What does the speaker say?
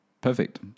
perfect